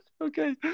Okay